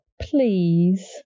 Please